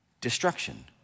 destruction